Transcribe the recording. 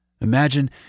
Imagine